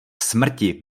smrti